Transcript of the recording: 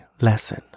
lesson